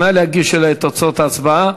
נא להגיש לי את תוצאות ההצבעה.